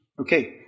Okay